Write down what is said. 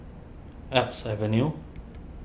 Alps Avenue